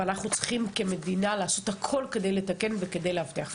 ואנחנו כמדינה צריכים לעשות הכול כדי לתקן וכדי להבטיח את המקום.